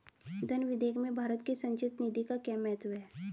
धन विधेयक में भारत की संचित निधि का क्या महत्व है?